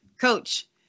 Coach